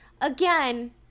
again